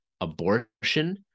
Abortion